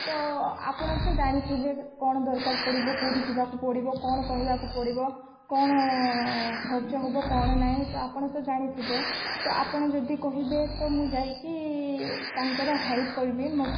ତ ଆପଣ ତ ଜାଣିଥିବେ କ'ଣ ଦରକାର ପଡ଼ିବ କେଉଁଠି ଯିବାକୁ ପଡ଼ିବ କ'ଣ କହିବାକୁ ପଡ଼ିବ କଣ ଖର୍ଚ୍ଚ ହେବ କ'ଣ ନାହିଁ ତ ଆପଣ ତ ଜାଣିଥିବେ ତ ଆପଣ ଯଦି କହିବେ ତ ମୁଁ ଯାଇକି ତାଙ୍କର ହେଲ୍ପ୍ କରିବି ମୋ